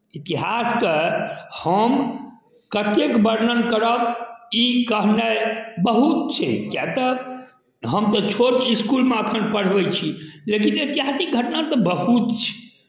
इतिहासके हम कतेक वर्णन करब ई कहनाय बहुत छै किएक तऽ हम तऽ छोट इसकुलमे एखन पढ़बै छी लेकिन एतिहासिक घटना तऽ बहुत छै